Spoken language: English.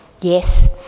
Yes